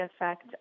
effect